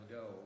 go